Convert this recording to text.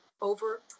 over